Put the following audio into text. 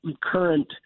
current